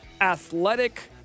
athletic